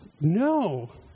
No